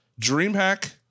DreamHack